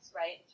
right